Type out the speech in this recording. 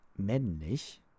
Männlich